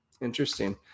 interesting